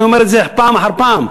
ואני אומר את זה פעם אחר פעם,